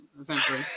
essentially